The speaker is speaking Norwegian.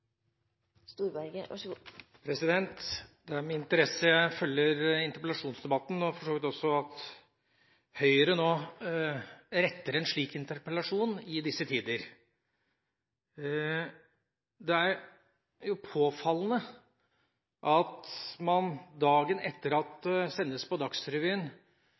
med interesse jeg følger interpellasjonsdebatten og for så vidt også ser at Høyre reiser en slik interpellasjon i disse tider. Det er påfallende at man dagen etter at det sendes på Dagsrevyen